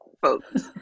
folks